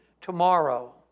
tomorrow